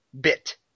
Bit